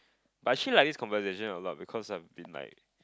but I actually like this conversation a lot because I've been like